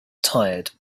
tired